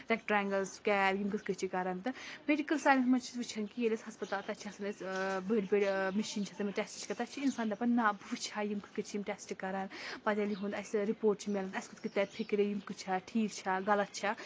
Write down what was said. rectangles سُکیر یِم کِتھ کَنۍ چھِ کَران تہٕ مٮ۪ڈِکَل ساینَس منٛز چھِ أسۍ وٕچھان کہِ ییٚلہِ أسۍ ہسپَتال تَتہِ چھِ آسان أسۍ بٔڑۍ بٔڑۍ مِشیٖن چھِ آسان یِمَن ٹٮ۪سٹ چھِ تَتہِ چھِ اِنسان دَپان نَہ بہٕ وٕچھ ہا یِم کِتھ کٔٹھۍ چھِ یِم ٹٮ۪سٹ کَران پَتہٕ ییٚلہِ یِہُنٛد اَسہِ رِپوٹ چھِ میلان اَسہِ کِتھ کٔٹھۍ تَرِ فکرِ یِم چھےٚ ٹھیٖک چھےٚ غلط چھےٚ